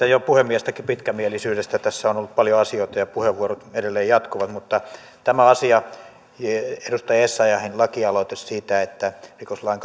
jo puhemiestäkin pitkämielisyydestä tässä on ollut paljon asioita ja puheenvuorot edelleen jatkuvat tämä edustaja essayahin lakialoite siitä että rikoslain